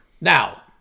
Now